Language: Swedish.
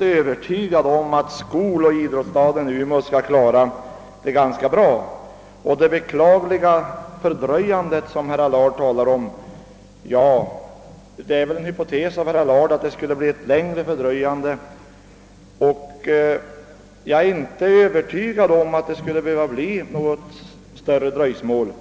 övertygad om att en sådan skoloch idrottsstad skulle klara det ganska bra. Beträffande det beklagliga dröjsmål, som herr Allard talar om, är det väl närmast att anse som en hypotes, herr Allard, att det skulle bli fråga om något längre fördröjande. Jag är för min del övertygad om att det inte skulle behöva bli något större dröjsmål.